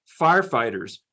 firefighters